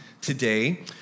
today